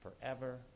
forever